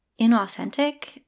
inauthentic